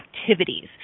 activities